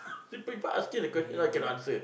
superbly but asking the question why you cannot answer